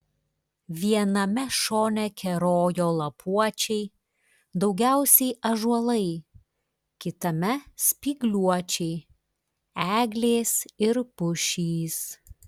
viename šone kerojo lapuočiai daugiausiai ąžuolai kitame spygliuočiai eglės ir pušys